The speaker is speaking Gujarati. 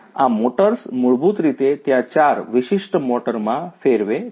આ મોટર્સ મૂળભૂત રીતે ત્યાં 4 વિશિષ્ટ મોટર માં ફેરવે છે